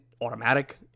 automatic